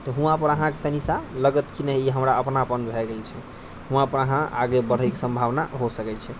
तऽ वहाँपर अहाँके कनिसा लगत कि नै ई हमरा अपनापन भए गेल छै वहाँपर अहाँ आगे बढ़यके सम्भावना हो सकै छै